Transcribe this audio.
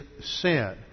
sin